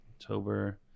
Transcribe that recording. October